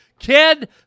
Kid